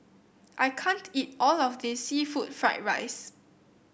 I can't eat all of this seafood Fried Rice